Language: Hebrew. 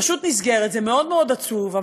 רשות נסגרת זה מאוד מאוד עצוב,